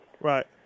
Right